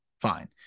fine